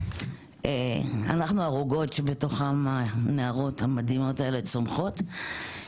אנחנו הארוגות שבתוך הנערות המדהימות האלה צומחות.